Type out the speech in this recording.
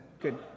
good